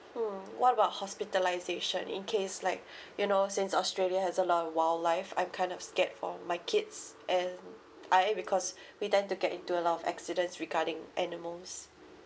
mm what about hospitalisation in case like you know since australia has a lot of wildlife I'm kind of scared for my kids and uh it because we tend to get into a lot of accidents regarding animals